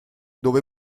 dove